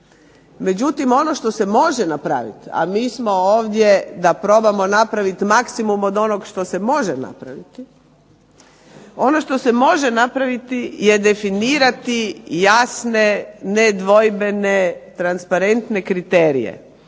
Međutim ono što se može napraviti, a mi smo ovdje da probamo napraviti maksimum od onog što se može napraviti, ono što se može napraviti je definirati jasne nedvojbene transparentne kriterije,